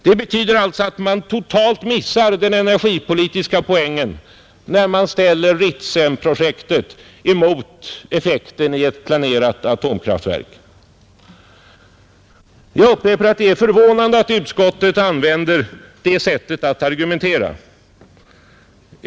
Det betyder alltså att man totalt missar den energipolitiska poängen när man ställer Ritsemprojektet emot effekten i ett planerat atomkraftverk. Jag upprepar att det är förvånande att utskottet använder det sättet att argumentera.